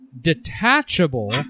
detachable